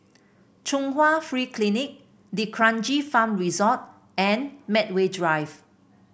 Chung Hwa Free Clinic D'Kranji Farm Resort and Medway Drive